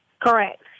Correct